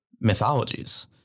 mythologies